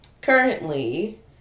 currently